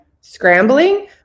scrambling